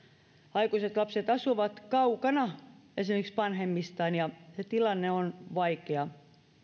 aikuiset lapset esimerkiksi asuvat kaukana vanhemmistaan ja se tilanne on vaikea